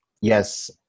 yes